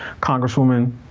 Congresswoman